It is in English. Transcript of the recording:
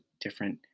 different